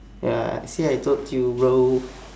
ya see I told you bro